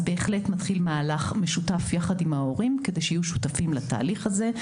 אז בהחלט מתחיל משותף יחד עם ההורים כדי שיהיו שותפים לתהליך הזה.